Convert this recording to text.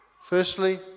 Firstly